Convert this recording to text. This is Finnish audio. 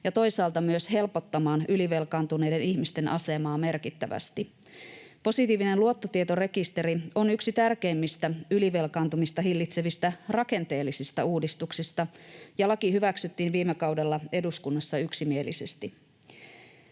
ja toisaalta myös helpottamaan ylivelkaantuneiden ihmisten asemaa merkittävästi. Positiivinen luottotietorekisteri on yksi tärkeimmistä ylivelkaantumista hillitsevistä rakenteellisista uudistuksista, ja laki hyväksyttiin viime kaudella eduskunnassa yksimielisesti.